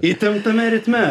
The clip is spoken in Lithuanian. įtemptame ritme